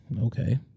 okay